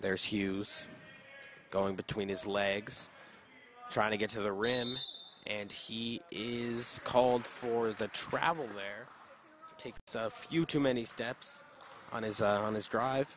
there's hughes going between his legs trying to get to the rim and he is called for the travel there take a few too many steps on his on his drive